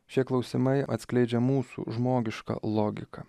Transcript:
šie klausimai atskleidžia mūsų žmogišką logiką